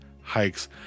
hikes